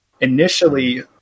Initially